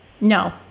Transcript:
no